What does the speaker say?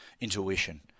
intuition